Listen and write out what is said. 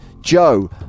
Joe